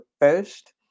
first